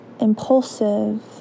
impulsive